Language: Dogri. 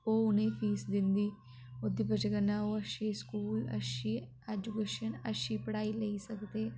ओह् उनें ई फीस दिंदी ओह्दी बजह कन्नै ओह् अच्छे स्कूल अच्छी ऐजुकेशन अच्छी पढ़ाई लेई सकदे